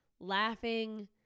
laughing